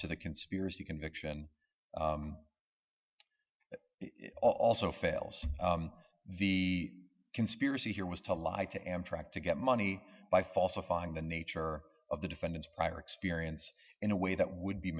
to the conspiracy conviction also fails the conspiracy here was to lie to amtrak to get money by falsifying the nature of the defendant's prior experience in a way that would be